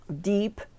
deep